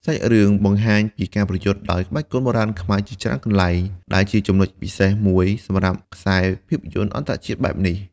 សាច់រឿងបង្ហាញពីការប្រយុទ្ធដោយក្បាច់គុនបុរាណខ្មែរជាច្រើនកន្លែង ដែលជាចំណុចពិសេសមួយសម្រាប់ខ្សែភាពយន្តអន្តរជាតិបែបនេះ។